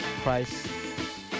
Price